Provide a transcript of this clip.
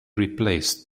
replaced